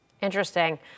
Interesting